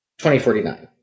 2049